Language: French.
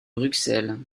bruxelles